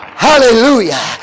Hallelujah